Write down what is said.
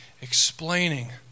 explaining